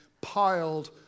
piled